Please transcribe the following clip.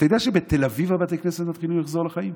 אתה יודע שבתל אביב בתי הכנסת מתחילים לחזור לחיים?